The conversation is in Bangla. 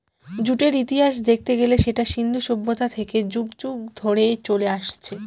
জুটের ইতিহাস দেখতে গেলে সেটা সিন্ধু সভ্যতা থেকে যুগ যুগ ধরে চলে আসছে